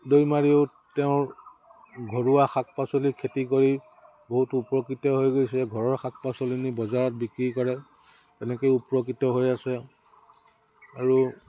দৈমাৰীও তেওঁৰ ঘৰুৱা শাক পাচলি খেতি কৰি বহুতো উপকৃত হৈ গৈছে ঘৰৰ শাক পাচলি নি বজাৰত বিক্ৰী কৰে তেনেকৈয়ে উপকৃত হৈ আছে আৰু